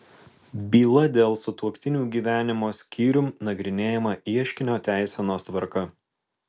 byla dėl sutuoktinių gyvenimo skyrium nagrinėjama ieškinio teisenos tvarka